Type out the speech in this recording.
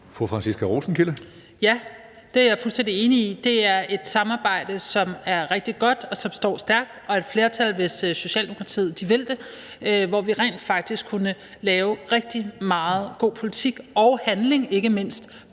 Franciska Rosenkilde (ALT): Det er jeg fuldstændig enig i. Det er et samarbejde, som er rigtig godt, og som står stærkt og er et flertal, hvis Socialdemokratiet vil det – hvor vi rent faktisk kunne lave rigtig meget god politik og ikke mindst handling